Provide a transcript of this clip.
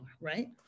right